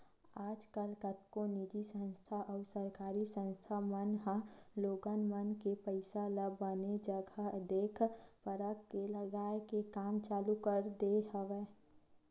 आजकल कतको निजी संस्था अउ सरकारी संस्था मन ह लोगन मन के पइसा ल बने जघा देख परख के लगाए के काम चालू कर दे हवय